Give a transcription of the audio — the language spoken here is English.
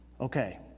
Okay